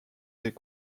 est